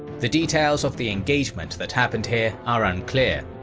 the details of the engagement that happened here are unclear,